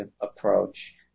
approach